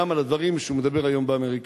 גם על הדברים שהוא מדבר היום באמריקה.